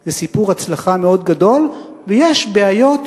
זה סיפור הצלחה מאוד גדול, ויש בעיות